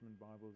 Bibles